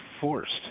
forced